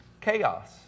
chaos